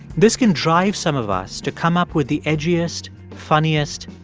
this can drive some of us to come up with the edgiest, funniest,